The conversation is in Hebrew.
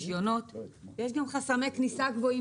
יש גם חסמי כניסה גבוהים,